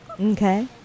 Okay